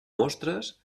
mostres